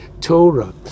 Torah